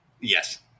Yes